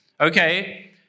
Okay